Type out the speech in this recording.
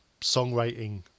songwriting